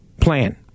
plan